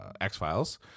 X-Files